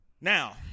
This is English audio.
Now